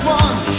one